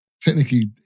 Technically